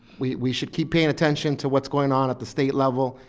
we we should keep paying attention to what's going on at the state level,